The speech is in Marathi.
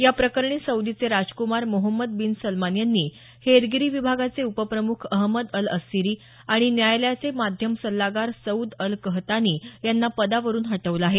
या प्रकरणी सौदीचे राज्क्मार मोहम्मद बिन सलमान यांनी हेरगिरी विभागाचे उपप्रमुख अहमद अल अस्सिरी आणि न्यायालयाचे माध्यम सल्लागार सऊद अल कहतानी यांना पदावरून हटवलं आहे